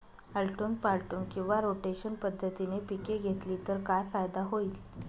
आलटून पालटून किंवा रोटेशन पद्धतीने पिके घेतली तर काय फायदा होईल?